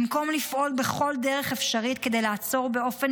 במקום לפעול בכל דרך אפשרית כדי לעצור באופן